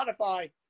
Spotify